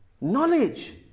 Knowledge